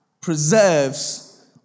preserves